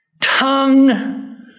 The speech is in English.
tongue